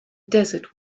desert